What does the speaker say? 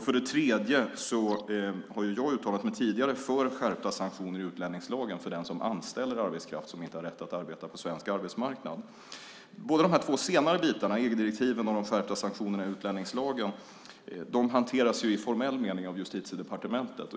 För det tredje har jag tidigare uttalat mig för skärpta sanktioner i utlänningslagen för den som anställer arbetskraft som inte har rätt att arbeta på svensk arbetsmarknad. Båda dessa senare bitar, EG-direktiven och de skärpta sanktionerna i utlänningslagen, hanteras i formell mening av Justitiedepartementet.